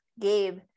Gabe